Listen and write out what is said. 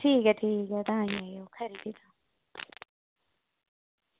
ठीक ऐ ठीक ऐ खरी भी तां